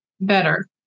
better